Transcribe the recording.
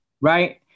right